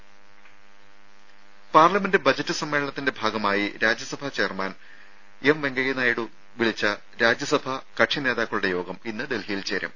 രംഭ parliament budget സമ്മേളനത്തിന്റെ ഭാഗമായി Rajya Sabha chairman M Venkaiah Naidu വിളിച്ച രാജ്യസഭാ കക്ഷി നേതാക്കളുടെ യോഗം ഇന്ന് ഡൽഹിയിൽ ചേരും